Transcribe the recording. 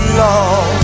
long